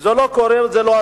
זה לא קורה וזה לא,